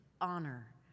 honor